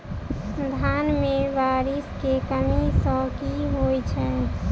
धान मे बारिश केँ कमी सँ की होइ छै?